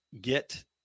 get